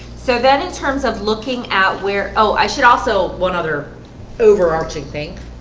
so then in terms of looking at where oh, i should also one other overarching think